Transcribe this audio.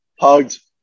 hugged